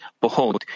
behold